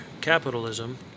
capitalism